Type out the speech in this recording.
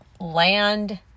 land